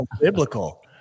biblical